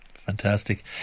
Fantastic